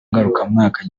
ngarukamwaka